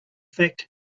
fact